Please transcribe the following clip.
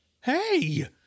hey